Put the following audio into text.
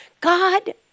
God